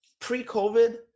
pre-covid